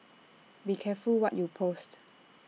be careful what you post